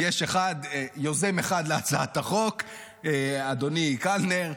יש יוזם אחד להצעת החוק, אדוני קלנר.